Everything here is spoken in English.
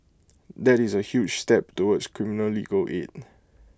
that is A huge step towards criminal legal aid